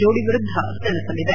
ಜೋಡಿ ವಿರುದ್ದ ಸಣಸಲಿದೆ